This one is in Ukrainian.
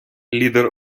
лідер